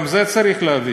גם את זה צריך להבין.